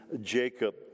Jacob